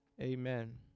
Amen